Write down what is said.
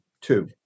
Two